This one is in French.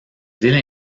villes